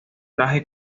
traje